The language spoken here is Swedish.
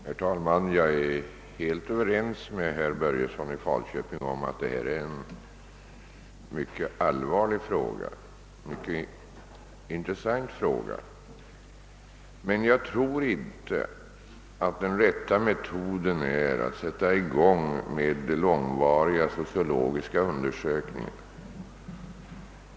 Herr talman! Jag är helt överens med herr Börjesson i Falköping om att detta är en mycket allvarlig och intressant fråga. Men jag tror inte att den rätta metoden är att sätta i gång långvariga sociologiska undersökningar.